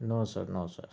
no sir no sir